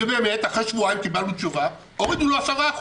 ובאמת אחרי שבועיים קיבלנו תשובה שהורידו לו 10%,